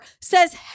says